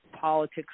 politics